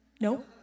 No